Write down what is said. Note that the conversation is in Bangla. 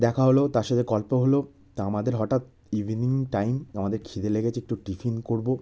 দেখা হলো তার সাথে গল্প হলো তা আমাদের হটাৎ ইভিনিং টাইম আমাদের খিদে লেগেছে একটু টিফিন করবো